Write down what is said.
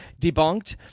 debunked